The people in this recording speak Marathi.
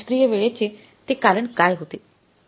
निष्क्रिय वेळेचे ते कारण काय होते